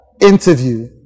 interview